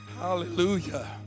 Hallelujah